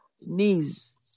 knees